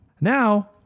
Now